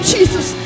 Jesus